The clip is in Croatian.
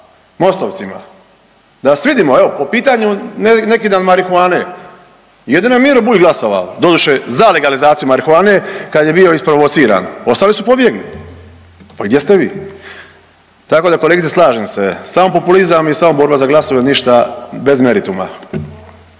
vas vidimo, evo, po pitanju, neki dan marihuane. Jedino je Miro Bulj glasovao, doduše za legalizaciju marihuane kad je bio isprovociran, ostali su pobjegli. Pa gdje ste vi? Tako da, kolegice, slažem se, samo populizam i samo borba za glasove, ništa bez merituma.